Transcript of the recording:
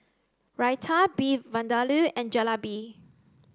Raita Beef Vindaloo and Jalebi